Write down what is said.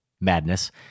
madness